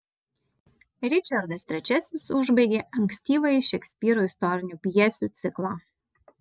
ričardas iii užbaigia ankstyvąjį šekspyro istorinių pjesių ciklą